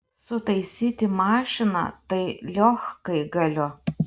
sutaisyti mašiną tai liochkai galiu